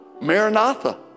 Maranatha